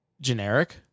generic